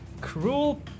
Cruel